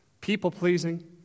people-pleasing